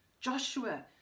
Joshua